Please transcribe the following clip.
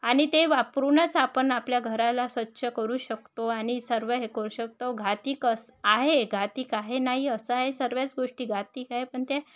आणि ते वापरूनच आपण आपल्या घराला स्वच्छ करू शकतो आणि सर्व हे करू शकतो घातक असं आहे घातक आहे नाही असं आहे सर्वच गोष्टी घातक आहे पण त्या